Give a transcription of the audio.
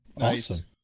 Awesome